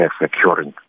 securing